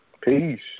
Peace